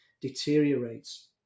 deteriorates